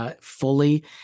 Fully